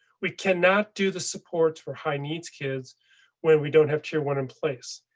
we cannot do the support for high needs kids when we don't have tier one in place.